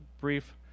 brief